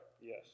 Yes